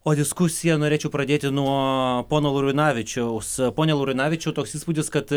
o diskusiją norėčiau pradėti nuo pono laurinavičiaus pone laurinavičiau toks įspūdis kad